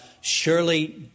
surely